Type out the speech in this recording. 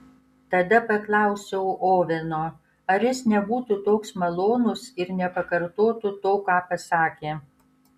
tada paklausiau oveno ar jis nebūtų toks malonus ir nepakartotų to ką pasakė